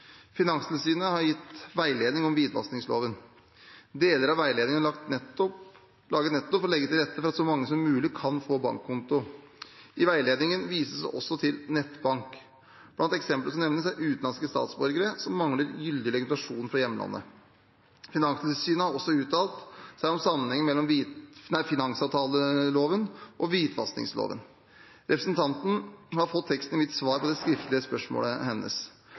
Finanstilsynet har gitt veiledning om hvitvaskingsloven. Deler av veiledningen er laget nettopp for å legge til rette for at så mange som mulig kan få bankkonto. I veiledningen vises det også til nettbank. Blant eksemplene som nevnes, er utenlandske statsborgere som mangler gyldig legitimasjon fra hjemlandet. Finanstilsynet har også uttalt seg om sammenhengen mellom finansavtaleloven og hvitvaskingsloven. Representanten har fått teksten i mitt svar på det skriftlige spørsmålet